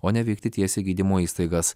o ne vykti tiesiai į gydymo įstaigas